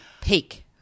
peak